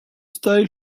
style